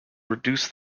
reduce